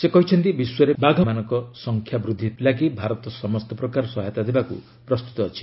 ସେ କହିଛନ୍ତି ବିଶ୍ୱରେ ବାଘମାନଙ୍କ ସଂଖ୍ୟା ବୃଦ୍ଧି ଲାଗି ଭାରତ ସମସ୍ତ ପ୍ରକାର ସହାୟତା ଦେବାକୁ ପ୍ରସ୍ତୁତ ଅଛି